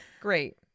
Great